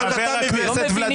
רק אתה מבין.